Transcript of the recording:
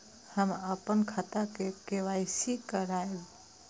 हम अपन खाता के के.वाई.सी के करायब?